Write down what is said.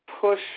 push